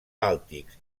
bàltics